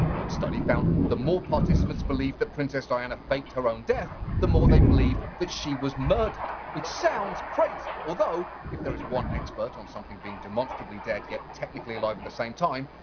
one study found, the more participants believed that princess diana faked her own death, the more they believed she was murdered. which sounds crazy, although, if there was one expert on something being demonstrably dead, yet technically alive at the same time,